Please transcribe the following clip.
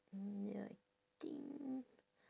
ya I think